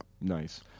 Nice